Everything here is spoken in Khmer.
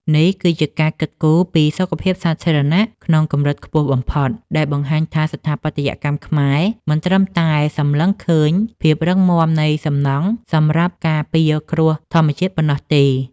នេះគឺជាការគិតគូរពីសុខភាពសាធារណៈក្នុងកម្រិតខ្ពស់បំផុត ដែលបង្ហាញថាស្ថាបត្យកម្មខ្មែរមិនត្រឹមតែសម្លឹងឃើញភាពរឹងមាំនៃសំណង់សម្រាប់ការពារគ្រោះធម្មជាតិប៉ុណ្ណោះទេ។